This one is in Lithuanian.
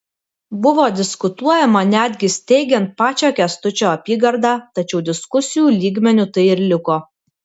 buvo diskutuojama netgi steigiant pačią kęstučio apygardą tačiau diskusijų lygmeniu tai ir liko